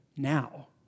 now